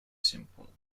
simple